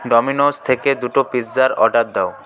Domino's থেকে দুটো পিৎজার অর্ডার দাও